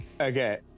Okay